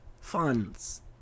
funds